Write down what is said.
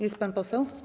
Jest pan poseł?